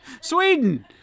Sweden